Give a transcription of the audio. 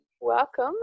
welcome